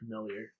familiar